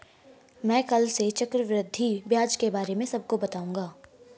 मैं कल से चक्रवृद्धि ब्याज के बारे में सबको बताऊंगा